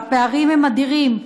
והפערים הם אדירים.